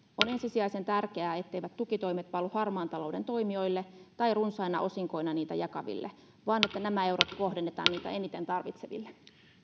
on ensisijaisen tärkeää etteivät tukitoimet valu harmaan talouden toimijoille tai runsaina osinkoina niitä jakaville vaan että nämä eurot kohdennetaan niitä eniten tarvitseville